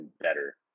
better